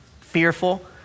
fearful